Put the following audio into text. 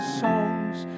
songs